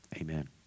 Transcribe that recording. Amen